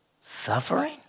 suffering